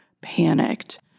panicked